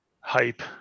hype